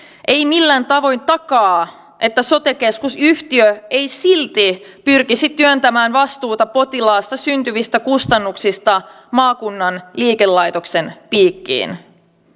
ei millään tavoin takaa että sote keskusyhtiö ei silti pyrkisi työntämään vastuuta potilaasta syntyvistä kustannuksista maakunnan liikelaitoksen piikkiin